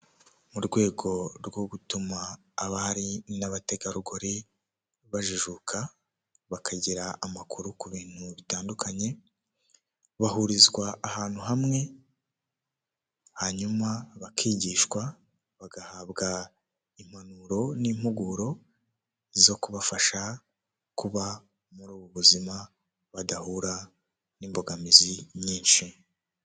Mu muhanda hari abantu benshi bari guturuka mu mpande zitandukanye. Hari umuhanda w'abanyamaguru hejuru hari na kaburimbo iri kunyuramo moto hagati aho abantu ba bari kunyura cyangwa ku mpande z'uwo muhanda abanyamaguru bari kunyuramo hari inyubako ku ruhande rw'iburyo no kuhande rw'ibumoso hino hari ipoto.